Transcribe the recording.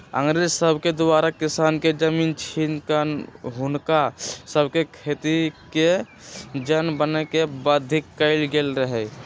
अंग्रेज सभके द्वारा किसान के जमीन छीन कऽ हुनका सभके खेतिके जन बने के बाध्य कएल गेल रहै